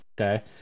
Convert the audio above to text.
Okay